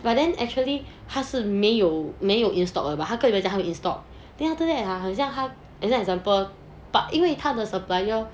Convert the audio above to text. but then actually 他是没有没有 in stock but 他可以跟你讲他有 in stock then after that !huh! 他好像 and then another example but 因为他的 supplier